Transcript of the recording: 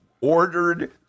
ordered